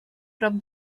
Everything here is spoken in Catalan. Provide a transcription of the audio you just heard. prop